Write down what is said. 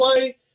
play